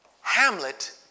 Hamlet